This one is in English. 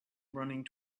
running